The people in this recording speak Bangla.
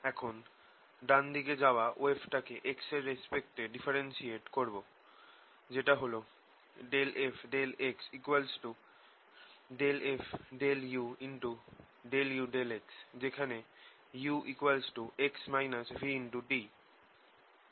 এখন ডান দিকে যাওয়া ওয়েভটাকে x এর রেস্পেক্ট এ ডিফারেন্সিয়েট করা যাক যেটা হল ∂f∂x ∂f∂u∂u∂x যেখানে ux vt